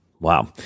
Wow